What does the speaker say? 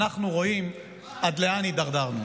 אנו רואים עד לאן הידרדרנו.